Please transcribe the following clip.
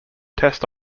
test